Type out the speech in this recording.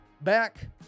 back